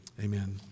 amen